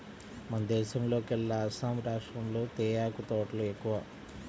మన దేశంలోకెల్లా అస్సాం రాష్టంలో తేయాకు తోటలు ఎక్కువ